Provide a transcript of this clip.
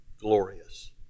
Glorious